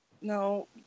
No